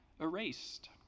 erased